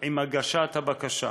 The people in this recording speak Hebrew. עם הגשת הבקשה.